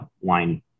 wine